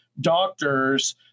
doctors